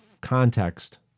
context